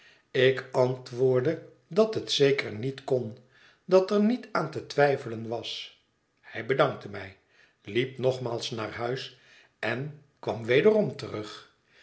ik antwoordde dat het zeker niet kon dat er niet aan te twijfelen was hij bedankte mij liep nogmaals naar huis en kwam wederom terug